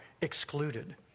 excluded